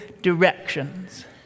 directions